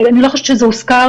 אני לא חושבת שזה הוזכר.